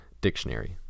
Dictionary